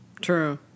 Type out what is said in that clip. true